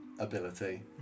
Ability